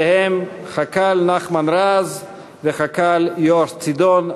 והם חבר הכנסת לשעבר נחמן רז וחבר הכנסת לשעבר יואב צידון.